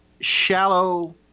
shallow